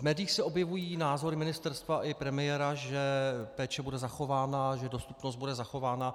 V médiích se objevují i názory ministerstva a i premiéra, že péče bude zachována, že dostupnost bude zachována.